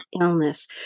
illness